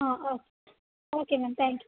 ആ okay okay ma'am thank you